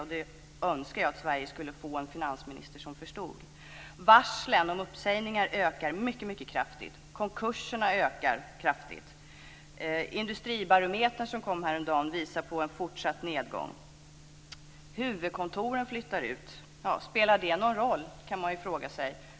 Jag skulle önska att Sverige fick en finansminister som förstod det. Varslen om uppsägningar ökar mycket kraftigt. Antalet konkurser ökar kraftigt. Industribarometern från häromdagen visar på en fortsatt nedgång. Huvudkontoren flyttar ut. Spelar det någon roll? kan man fråga sig.